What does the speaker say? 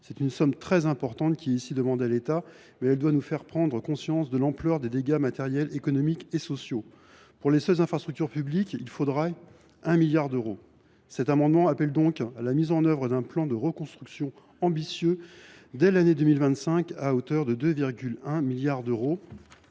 Cette somme très importante doit nous faire prendre conscience de l’ampleur des dégâts matériels, économiques et sociaux. Pour les seules infrastructures publiques, il faudrait 1 milliard d’euros. Cet amendement vise à appeler à la mise en œuvre d’un plan de reconstruction ambitieux dès l’année 2025, à hauteur de 2,1 milliards d’euros.